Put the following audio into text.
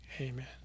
Amen